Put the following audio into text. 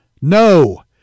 No